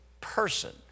person